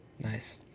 Nice